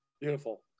beautiful